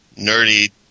nerdy